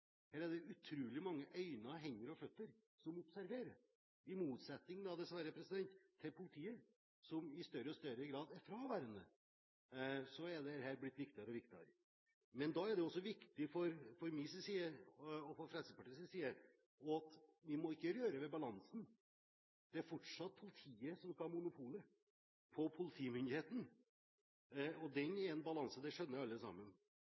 Her er det utrolig mange øyne, hender og føtter som observerer – i motsetning, dessverre, til politiet, som i større og større grad er fraværende. Dette er blitt viktigere og viktigere. Men da er det også viktig fra min og Fremskrittspartiets side at vi ikke rører ved balansen. Det er fortsatt politiet som skal ha monopol på politimyndigheten. Dette er en balanse, det skjønner alle.